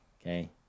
okay